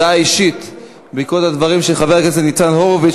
הודעה אישית בעקבות הדברים של חבר הכנסת ניצן הורוביץ,